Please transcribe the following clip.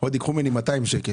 שהוא ייקחו ממנו 200 שקלים.